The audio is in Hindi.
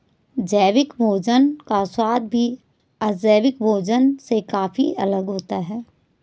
जैविक भोजन का स्वाद भी अजैविक भोजन से काफी अलग होता है